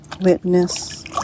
Witness